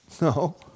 No